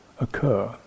occur